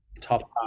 top